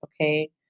okay